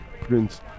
Prince